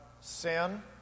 sin